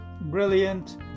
brilliant